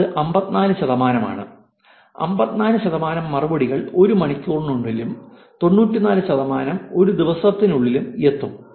ഇത് 54 ശതമാനം ആണ് 54 ശതമാനം മറുപടികൾ ഒരു മണിക്കൂറിനുള്ളിലും 94 ശതമാനം ഒരു ദിവസത്തിനുള്ളിലും എത്തും